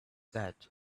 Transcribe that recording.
that